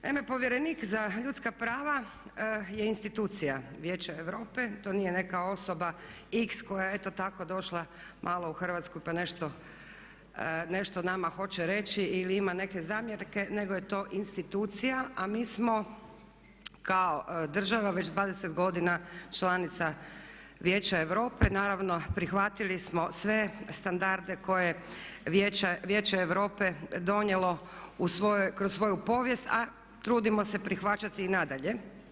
Naime, povjerenik za ljudska prava je institucija Vijeća Europe. to nije neka osoba x koja je eto tako došla malo u Hrvatsku pa nešto nama hoće reći ili ima neke zamjerke nego je to institucija a mi smo kao država već 20 godina članica Vijeća Europe, naravno prihvatili smo standarde koje Vijeće Europe donijelo kroz svoju povijest a trudimo se prihvaćati i nadalje.